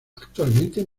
actualmente